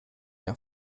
mehr